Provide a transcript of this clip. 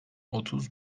otuz